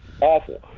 awful